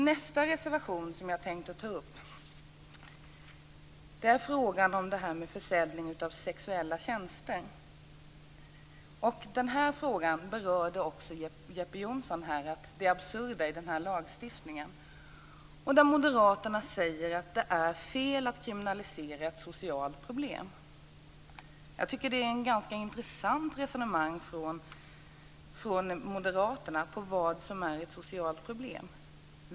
Nästa reservation som jag tänkte ta upp handlar om försäljning av sexuella tjänster. Jeppe Johnsson berörde också det absurda i denna lagstiftning. Moderaterna säger att det är fel att kriminalisera ett socialt problem. Jag tycker att det är ett ganska intressant resonemang från moderaterna om vad som är ett socialt problem.